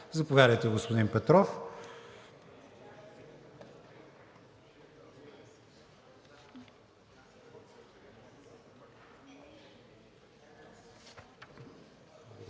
Заповядайте, господин Петров.